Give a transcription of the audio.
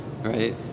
right